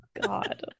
God